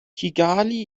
kigali